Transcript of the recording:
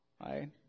right